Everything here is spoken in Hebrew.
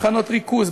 מחנות ריכוז,